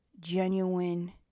genuine